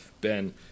Ben